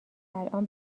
الان